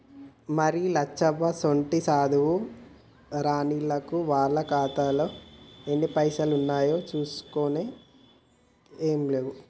మరి లచ్చవ్వసోంటి సాధువు రానిల్లకు వాళ్ల ఖాతాలో ఎన్ని పైసలు ఉన్నాయో చూసుకోనికే ఏం లేవు